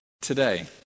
today